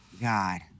God